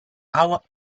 our